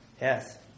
Yes